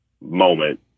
moment